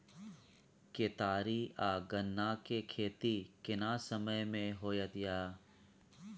केतारी आ गन्ना के खेती केना समय में होयत या?